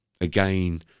again